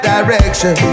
Direction